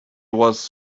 was